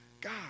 God